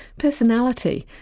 personality,